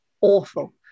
awful